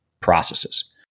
processes